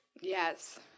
Yes